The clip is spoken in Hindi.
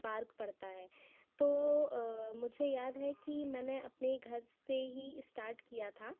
पार्क पड़ता है तो मुझे याद है कि मैंने अपने घर से ही स्टार्ट किया था